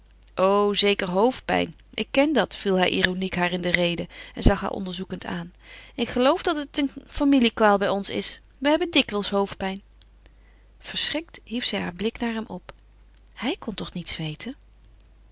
o zeker hoofdpijn ik ken dat viel hij ironiek haar in de rede en zag haar onderzoekend aan ik geloof dat het een familiekwaal bij ons is we hebben dikwijls hoofdpijn verschrikt hief zij haar blik naar hem op hij kon toch niets weten